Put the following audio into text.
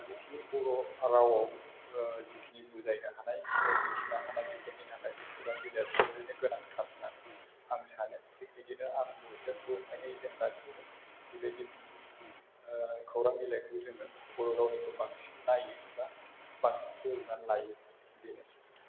जिखिनि बर' रावआव जिखिनि बुजायनो हानायसो मिथिनो हानाय बेफोरनि थाखाय बे खौरां बिलाइया जोबोरैनो गोनांथार होनानै आं सानो थिग बिदिनो आंबो जोंबो मानि जों गासिबो बेबायदि खौरां बिलाइखौ जोङो बर' रावनिखौ बांसिन नायो एबा बांसिन बोज'बनानै लायो बेनोसै